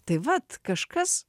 tai vat kažkas